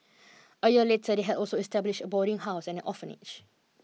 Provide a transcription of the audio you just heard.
a year later they had also established a boarding house and an orphanage